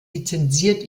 lizenziert